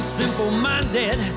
simple-minded